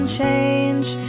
change